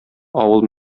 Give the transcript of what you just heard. авыл